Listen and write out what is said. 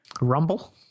rumble